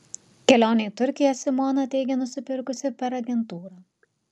kelionę į turkiją simona teigia nusipirkusi per agentūrą